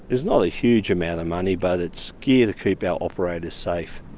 is not a huge amount of money but it's gear to keep our operators safe.